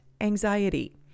anxiety